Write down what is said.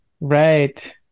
right